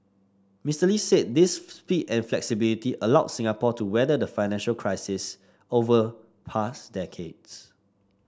Mister Lee said this speed and flexibility allowed Singapore to weather the financial crises of past decades